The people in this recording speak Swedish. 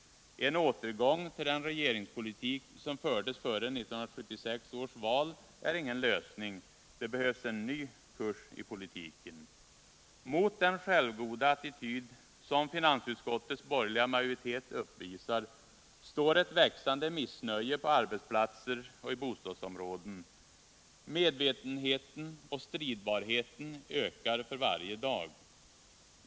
En återgång till den regeringspolitik som fördes före 1976 års val är ingen lösning. Det behövs en ny kurs i politiken. Mot den självgoda attityd som finansutskottets borgerliga majoritet uppvisar står ett växande missnöje på arbetsplatser och i bostadsområden. Medvetenheten och stridbarheten ökar för varje dag.